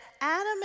Adam